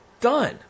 Done